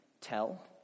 tell